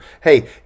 hey